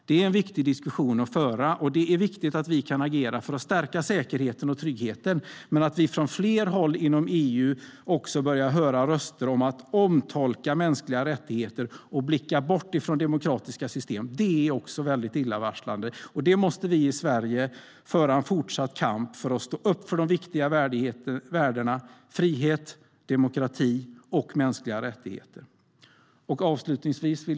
Det är en viktig diskussion att föra, och det är viktigt att vi kan agera för att stärka säkerheten och tryggheten. Men att vi från flera håll inom EU börjar höra röster om att omtolka mänskliga rättigheter och blicka bort från demokratiska system är väldigt illavarslande. Vi i Sverige måste föra en fortsatt kamp för att stå upp för de viktiga värdena: frihet, demokrati och mänskliga rättigheter.